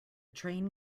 train